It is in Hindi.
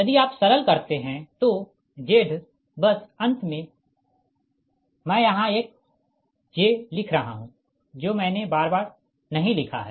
यदि आप सरल करते है तो Z बस अंत में मैं यहाँ एक j लिख रहा हूँ जो मैंने बार बार नहीं लिखा है